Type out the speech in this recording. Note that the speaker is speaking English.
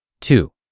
Two